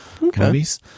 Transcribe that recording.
movies